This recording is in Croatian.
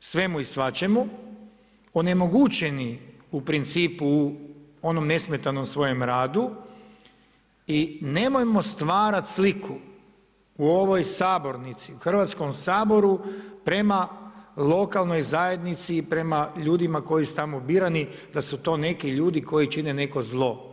svemu i svačemu, onemogućeni u principu onom nesmetanom svojem radu i nemojmo stvarati sliku u ovoj sabornici u Hrvatskom saboru, prema lokalnoj zajednici i prema ljudima koji su tamo birani, da su to neki ljudi koji čine neko zlo.